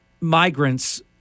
migrants